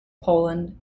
poland